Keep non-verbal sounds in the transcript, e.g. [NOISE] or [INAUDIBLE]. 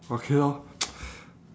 okay lor [NOISE]